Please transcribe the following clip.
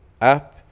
app